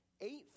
eight